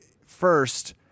first